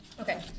Okay